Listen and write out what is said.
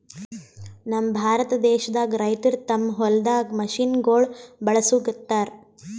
ನಮ್ ಭಾರತ ದೇಶದಾಗ್ ರೈತರ್ ತಮ್ಮ್ ಹೊಲ್ದಾಗ್ ಮಷಿನಗೋಳ್ ಬಳಸುಗತ್ತರ್